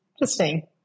Interesting